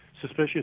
suspicious